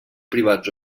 privats